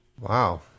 Wow